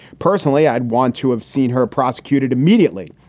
personally, i'd want to have seen her prosecuted immediately.